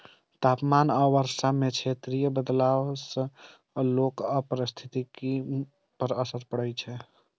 तापमान आ वर्षा मे क्षेत्रीय बदलाव सं लोक आ पारिस्थितिकी पर असर पड़ै छै